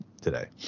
today